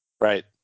Right